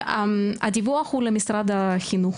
הדיווח הוא למשרד החינוך,